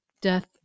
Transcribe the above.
death